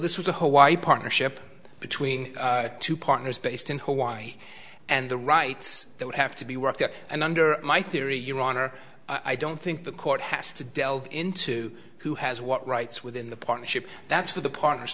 this was a whole y partnership between two partners based in hawaii and the rights that would have to be worked out and under my theory your honor i don't think the court has to delve into who has what rights within the partnership that's for the partners